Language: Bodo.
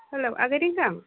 हेल' आगै रिंखां